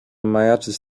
majaczyć